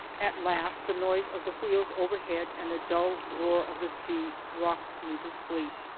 at last the noise of the wheels overhead, and the dull roar of the sea, rocked me to sleep.